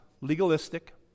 legalistic